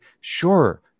Sure